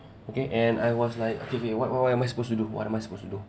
okay and I was like okay okay what what what am I supposed to do what am I supposed to do